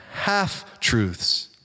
half-truths